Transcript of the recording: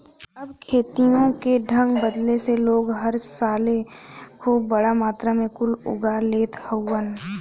अब खेतियों के ढंग बदले से लोग हर साले खूब बड़ा मात्रा मे कुल उगा लेत हउवन